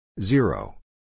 Zero